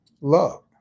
love